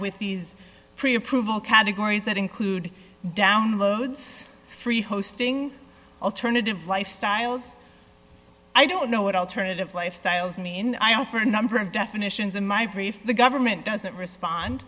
with these pre approval categories that include downloads free hosting alternative lifestyles i don't know what alternative lifestyles mean i know for a number of definitions in my brief the government doesn't respond